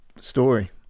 story